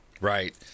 right